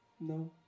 No